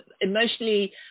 emotionally